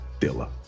Dilla